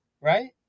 right